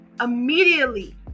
immediately